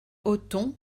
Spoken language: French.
othon